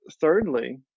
thirdly